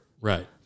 Right